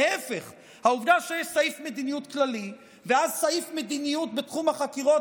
להפך: העובדה שיש סעיף מדיניות כללי ואז סעיף מדיניות בתחום החקירות,